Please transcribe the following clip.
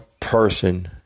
person